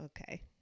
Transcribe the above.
Okay